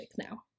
now